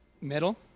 Middle